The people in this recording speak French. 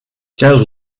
quinze